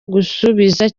gusubiza